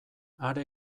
are